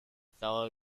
fellow